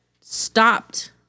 stopped